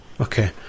okay